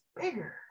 bigger